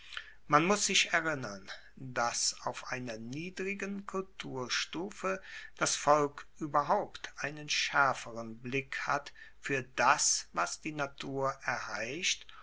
man muss sich erinnern dass auf einer niedrigen kulturstufe das volk ueberhaupt einen schaerferen blick hat fuer das was die natur erheischt